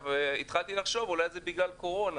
התחלתי לחשוב שאולי זה בגלל הקורונה,